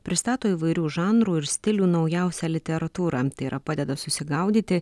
pristato įvairių žanrų ir stilių naujausią literatūrą tai yra padeda susigaudyti